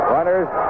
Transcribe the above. Runners